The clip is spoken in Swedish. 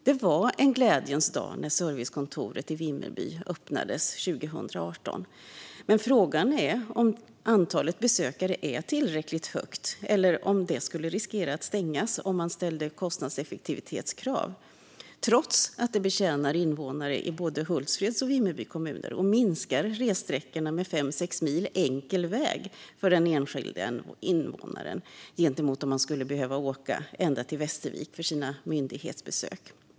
Det var en glädjens dag när servicekontoret i Vimmerby öppnades 2018. Men frågan är om antalet besökare är tillräckligt högt eller om det kontoret skulle riskera att stängas om man ställde krav på kostnadseffektivitet, trots att det betjänar invånarna i både Hultsfreds och Vimmerbys kommuner och minskar ressträckorna med fem till sex mil enkel väg för den enskilde invånaren gentemot om man skulle behöva åka ända till Västervik för sina myndighetsbesök.